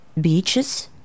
beaches